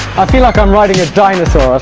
feel like i'm riding a dinosaur!